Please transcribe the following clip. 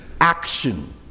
action